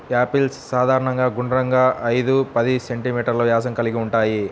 apples సాధారణంగా గుండ్రంగా, ఐదు పది సెం.మీ వ్యాసం కలిగి ఉంటాయి